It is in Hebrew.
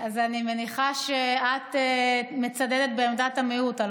אז אני מניחה שאת מצדדת בעמדת המיעוט.